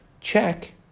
check